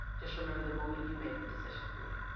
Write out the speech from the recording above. just remember the moment you made the decision for you.